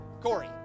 Corey